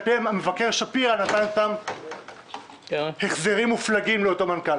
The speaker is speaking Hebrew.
פיהן המבקר שפירא נתן החזרים מופלגים לאותו מנכ"ל.